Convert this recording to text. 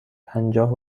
پنجاه